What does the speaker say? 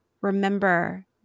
remember